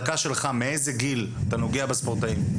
מאיזה גיל אתה נוגע בספורטאים?